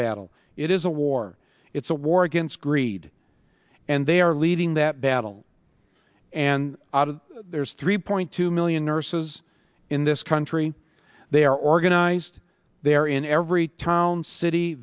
battle it is a war it's a war against greed and they are leading that battle and there's three point two million nurses in this country they are organized there in every town city